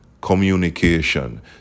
communication